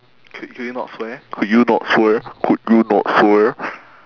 c~ could you not swear could you not swear could you not swear